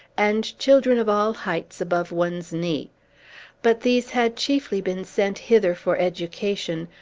and children of all heights above one's knee but these had chiefly been sent hither for education,